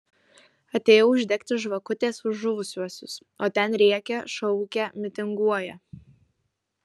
atėjau uždegti žvakutės už žuvusiuosius o ten rėkia šaukia mitinguoja